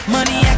Money